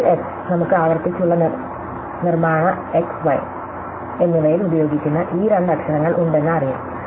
ഇപ്പോൾ എസ് നമുക്ക് ആവർത്തിച്ചുള്ള നിർമ്മാണ x y എന്നിവയിൽ ഉപയോഗിക്കുന്ന ഈ രണ്ട് അക്ഷരങ്ങൾ ഉണ്ടെന്ന് അറിയാം